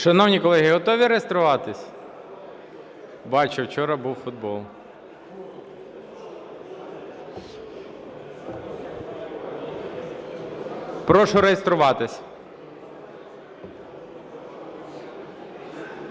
Шановні колеги, готові реєструватись? Бачу, вчора був футбол. Прошу реєструватись.